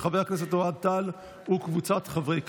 של חבר הכנסת אוהד טל וקבוצת חברי הכנסת.